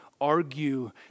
argue